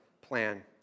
plan